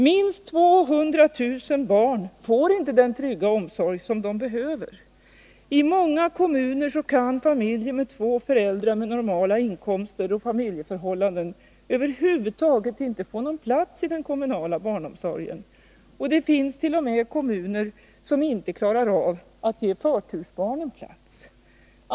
Minst 200 000 barn får inte den trygga omsorg de behöver. I många kommuner kan familjer med två föräldrar med normala inkomster och familjeförhållanden över huvud taget inte få någon plats i den kommunala barnomsorgen. Det finns t.o.m. kommuner som inte klarar av att ge förtursbarnen plats.